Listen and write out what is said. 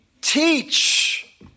teach